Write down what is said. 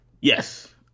Yes